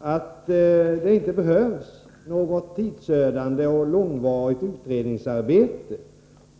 att det inte behövs något tidsödande och långvarigt utredningsarbete.